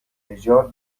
نژاد